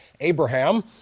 Abraham